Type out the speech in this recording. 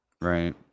Right